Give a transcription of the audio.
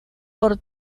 por